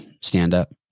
stand-up